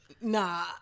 nah